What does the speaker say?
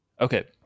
Okay